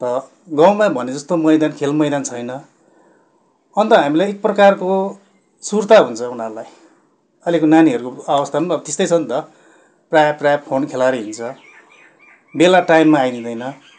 त गाउँमा भने जस्तो मैदान खेल मैदान छैन अन्त हामीलाई एकप्रकारको सुर्ता हुन्छ उनीहरूलाई अहिलेको नानीहरूको अवस्था पनि अब त्यस्तै छ नि त प्रायः प्रायः फोन खेलाएर हिँड्छ बेला टाइममा आइदिँदैन